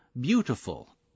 beautiful